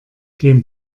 dem